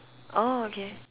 oh okay